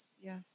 Yes